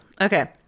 Okay